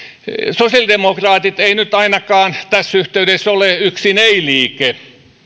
sosiaalidemokraatit eivät nyt ainakaan tässä yhteydessä ole yksin ei liike